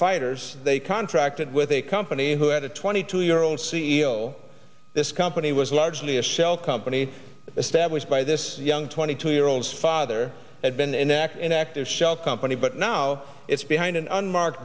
fighters they contracted with a company who had a twenty two year old c e o this company was largely a shell company established by this young twenty two year old's father had been an active and active shell company but now it's behind an unmark